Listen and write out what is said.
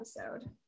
episode